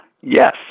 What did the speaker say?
Yes